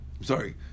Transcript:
sorry